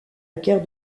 guerre